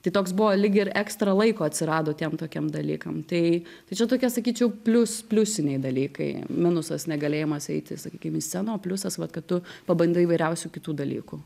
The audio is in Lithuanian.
tai toks buvo lyg ir ekstra laiko atsirado tiem tokiem dalykam tai tai čia tokie sakyčiau plius pliusiniai dalykai minusas negalėjimas eiti sakykim į sceną o pliusas vat kad tu pabandai įvairiausių kitų dalykų